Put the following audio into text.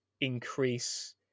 increase